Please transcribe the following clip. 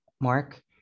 mark